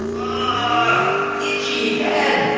ah itchy head.